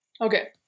Okay